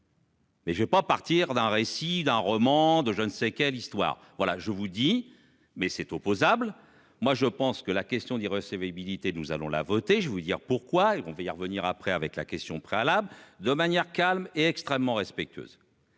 Mais j'ai pas partir d'un récit d'un roman de je ne sais quelle histoire. Voilà, je vous dis mais cette opposable. Moi je pense que la question des recevabilité, nous allons la voter je vous dire pourquoi et qu'on va y revenir après avec la question préalable de manière calme et extrêmement respectueuse.